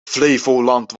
flevoland